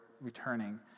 returning